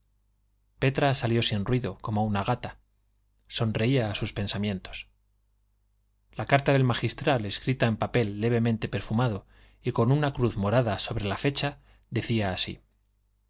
petra salió sin ruido como una gata sonreía a sus pensamientos la carta del magistral escrita en papel levemente perfumado y con una cruz morada sobre la fecha decía así